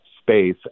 space